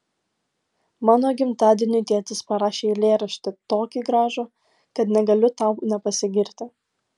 mano gimtadieniui tėtis parašė eilėraštį tokį gražų kad negaliu tau nepasigirti